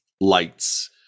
lights